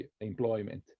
employment